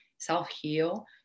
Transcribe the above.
self-heal